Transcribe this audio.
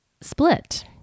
split